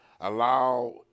Allow